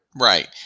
Right